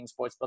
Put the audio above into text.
Sportsbook